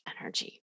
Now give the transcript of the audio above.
energy